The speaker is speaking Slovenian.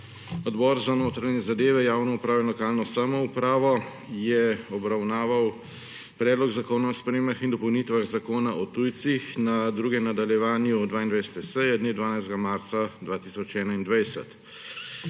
Odbor za notranje zadeve, javno upravo in lokalno samoupravo je obravnaval Predlog zakona o spremembah in dopolnitvah Zakona o tujcih na drugem nadaljevanju 22. seje dne 12. marca 2012.